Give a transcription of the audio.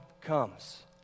comes